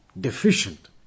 Deficient